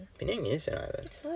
penang is an island